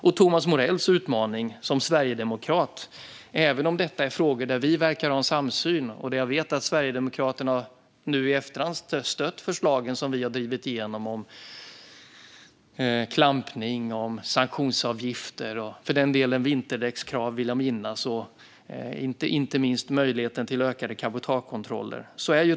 Detta är frågor där Thomas Morell och jag verkar ha en samsyn och där jag vet att Sverigedemokraterna nu i efterhand har stött förslagen som vi har drivit igenom om klampning, sanktionsavgifter, vinterdäckskrav - vill jag minnas - och möjligheten till ökade cabotagekontroller.